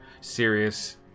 serious